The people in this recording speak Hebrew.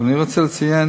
אבל אני רוצה לציין